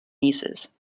nieces